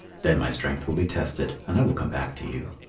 then my strength will be tested and i will come back to you.